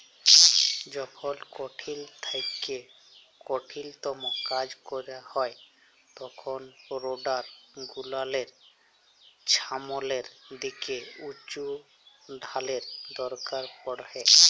যখল কঠিল থ্যাইকে কঠিলতম কাজ ক্যরা হ্যয় তখল রোডার গুলালের ছামলের দিকে উঁচুটালের দরকার পড়হে